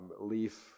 leaf